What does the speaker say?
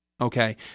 okay